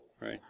right